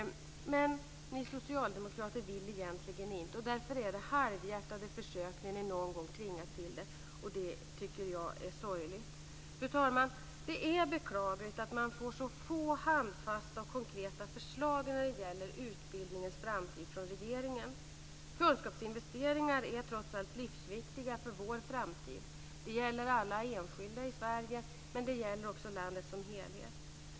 Men ni socialdemokrater vill egentligen inte, och därför är det halvhjärtade försök när ni någon gång tvingas till det. Och det tycker jag är sorgligt. Fru talman! Det är beklagligt att man får så få handfasta och konkreta förslag när det gäller utbildningens framtid från regeringen. Kunskapsinvesteringar är trots allt livsviktiga för vår framtid. Det gäller alla enskilda i Sverige, men det gäller också landet som helhet.